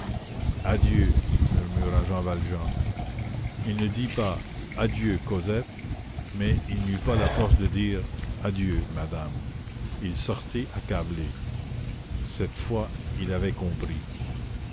murmura jean valjean il ne dit pas adieu cosette mais il n'eut pas la force de dire adieu madame il sortit accablé cette fois il avait compris